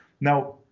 Now